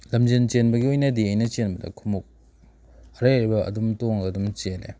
ꯂꯝꯖꯦꯜ ꯆꯦꯟꯕꯒꯤ ꯑꯣꯏꯅꯗꯤ ꯑꯩꯅ ꯆꯦꯟꯕꯗ ꯈꯣꯡꯎꯞ ꯑꯔꯩ ꯑꯔꯩꯕ ꯑꯗꯨꯝ ꯇꯣꯡꯉꯒ ꯑꯗꯨꯝ ꯆꯦꯜꯂꯦ